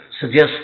suggest